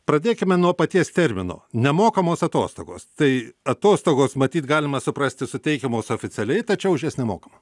pradėkime nuo paties termino nemokamos atostogos tai atostogos matyt galima suprasti suteikiamos oficialiai tačiau už jas nemokama